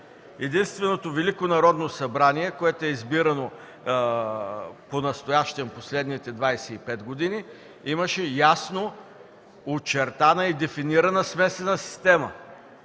Единственото Велико народно събрание, което е избирано понастоящем, през последните 25 години, имаше ясно очертана и дефинирана смесена система:200